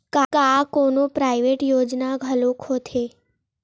का कोनो प्राइवेट योजना घलोक होथे?